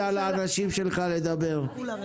ריקי כהן, בבקשה.